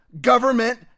government